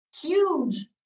huge